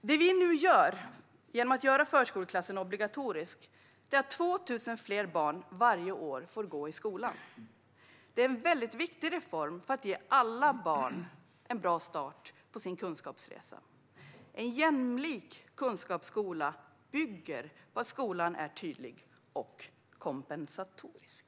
Genom att vi nu gör förskoleklassen obligatorisk får 2 000 fler barn varje år gå i skolan. Det är en viktig reform för att ge alla barn en bra start på sin kunskapsresa. En jämlik kunskapsskola bygger på att skolan är tydlig och kompensatorisk.